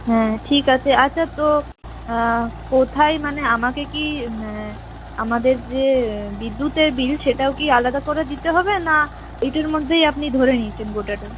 হ্যাঁ ঠিক আছে আচ্ছা তো কোথায় মানে আমাকে কি আমাদের যে বিদ্যুতের বিল সেটাও কি আলাদা করে দিতে হবে না ওইটার মধ্যেই আপনি ধরে নিয়েছেন গোটাটা